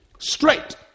Straight